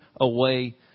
away